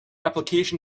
application